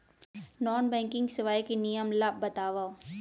Non banking सेवाएं के नियम ला बतावव?